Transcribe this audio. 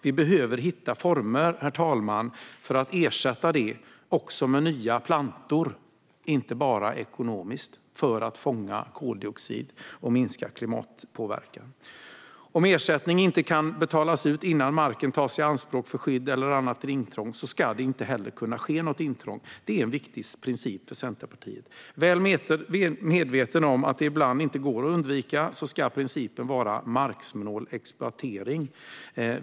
Vi behöver hitta former, herr talman, för att ersätta för detta - inte bara ekonomiskt, utan också med nya plantor för att fånga koldioxid och minska klimatpåverkan. Om ersättning inte kan betalas ut innan marken tas i anspråk för skydd eller annat intrång ska det inte heller kunna ske något intrång. Det är en viktig princip för Centerpartiet. Principen vid bostadsbyggande ska vara marksnål exploatering.